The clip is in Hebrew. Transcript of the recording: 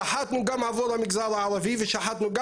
שחטנו גם עבור המגזר הערבי ושחטנו גם